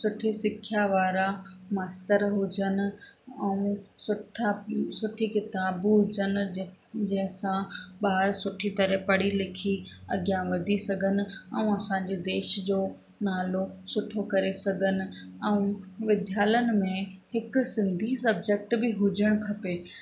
सुठी सिखिया वारा मास्तर हुजनि ऐं सुठा सुठी किताबूं हुजनि जंहिं जंहिंसां ॿार सुठी तरह पढ़ी लिखी अॻियां वधी सघनि ऐं असांजे देश जो नालो सुठो करे सघनि ऐं विद्यालन में हिकु सिंधी सबजेक्ट बि हुजणु खपे